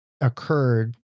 occurred